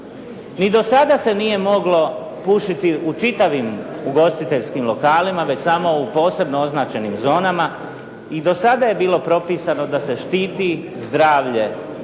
Ni do sada se nije moglo pušiti u čitavim ugostiteljskim lokalima već samo u posebno označenim zonama i do sada je bilo propisano da se štiti zdravlje pušača,